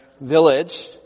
village